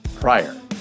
prior